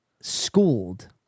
schooled